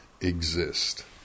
exist